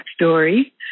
story